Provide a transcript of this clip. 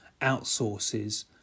outsources